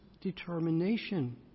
determination